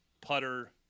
putter